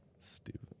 stupid